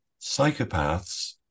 psychopaths